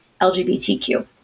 LGBTQ